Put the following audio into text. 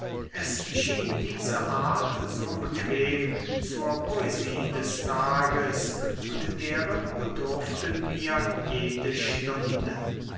es schien diese art so bequem zur poesie des tages und deren bedurften wir jede stunde